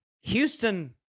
Houston